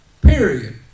Period